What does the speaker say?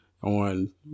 On